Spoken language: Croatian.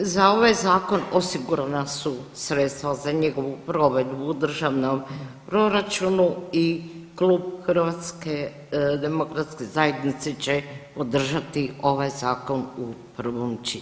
Za ovaj zakon osigurana su sredstva za njegovu provedbu u državnom proračunu i Klub HDZ-a će podržati ovaj zakon u prvom čitanju.